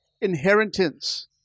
inheritance